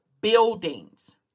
buildings